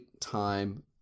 time